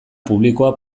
publikoa